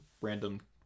random